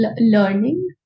learning